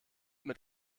mit